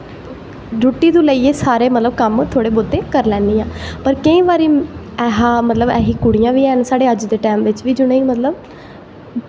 रुट्टी तों लेइयै सारे मतलब कम्म थोह्ड़े बहोत करी लैन्नी आं पर केईं बारी ऐसा ऐसी कुड़ियां बी हैन साढ़े अज्ज दे टैम बिच बी जि'नें गी मतलब